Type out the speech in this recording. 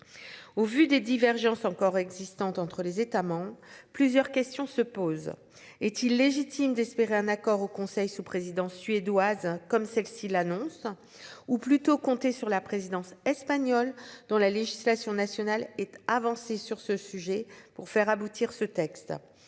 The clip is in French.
Au vu des divergences. Encore existantes entre les États, plusieurs questions se posent. Est-il légitime d'espérer un accord au Conseil sous présidence suédoise hein comme celle-ci, l'annonce ou plutôt compter sur la présidence espagnole dont la législation nationale et d'avancer sur ce sujet pour faire aboutir ce texte.